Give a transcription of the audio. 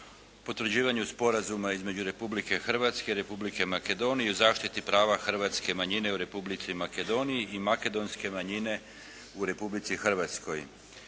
potvrđivanju Sporazuma između Republike Hrvatske i Republike Makedonije i zaštiti prava hrvatske manjine u Republici Makedoniji i makedonske manjine u Republici Hrvatskoj